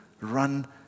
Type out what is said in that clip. run